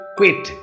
quit